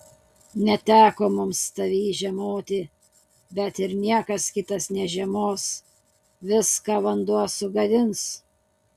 neteko mums tavyj žiemoti bet ir niekas kitas nežiemos viską vanduo sugadins